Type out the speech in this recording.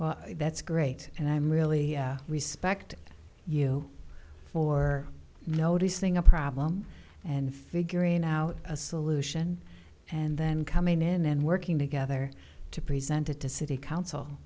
well that's great and i'm really respect you for noticing a problem and figuring out a solution and then coming in and working together to present it to city council